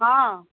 हँ